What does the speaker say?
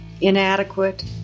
inadequate